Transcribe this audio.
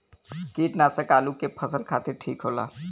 कीटनाशक आलू के फसल खातिर ठीक होला